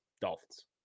Dolphins